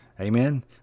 Amen